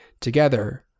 together